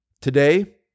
Today